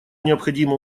необходимо